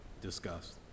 discussed